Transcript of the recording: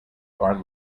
are